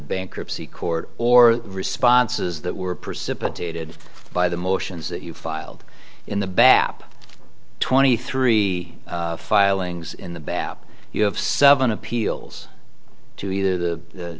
bankruptcy court or responses that were precipitated by the motions that you filed in the bab twenty three filings in the bab you have seven appeals to either the